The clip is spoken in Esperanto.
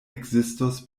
ekzistos